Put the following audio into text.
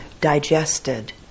digested